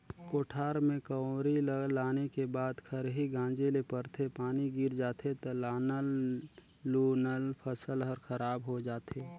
कोठार में कंवरी ल लाने के बाद खरही गांजे ले परथे, पानी गिर जाथे त लानल लुनल फसल हर खराब हो जाथे